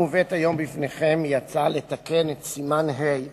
אני מזמין את שר המשפטים